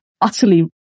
utterly